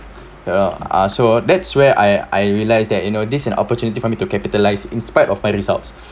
ya ah so that's where I I realised that you know this an opportunity for me to capitalised in spite of my results